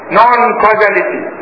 non-causality